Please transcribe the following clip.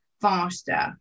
faster